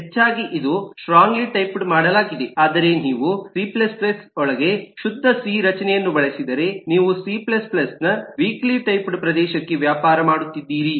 ಹೆಚ್ಚಾಗಿ ಇದನ್ನು strongly typed ಮಾಡಲಾಗಿದೆ ಆದರೆ ನೀವು ಸಿ C ಒಳಗೆ ಶುದ್ಧ ಸಿ ರಚನೆಯನ್ನು ಬಳಸಿದರೆ ನೀವು ಸಿ C ನ ವೀಕ್ಲಿಟೈಪ್ಡ್ ಪ್ರದೇಶಕ್ಕೆ ವ್ಯಾಪಾರ ಮಾಡುತ್ತೀರಿ